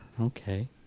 okay